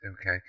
Okay